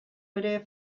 ere